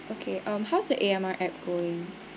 okay um how's the A_M_R app going